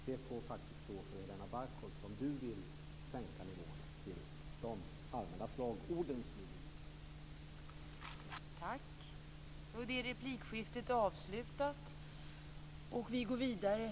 Det får faktiskt stå för Helena Bargholtz om hon vill sänka nivån till de allmänna slagordens nivå.